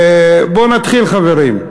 בואו נתחיל, חברים,